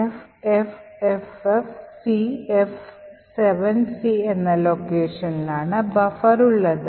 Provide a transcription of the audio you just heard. FFFFCF7C എന്ന ലൊക്കേഷനിലാണ് buffer ഉള്ളത്